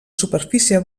superfície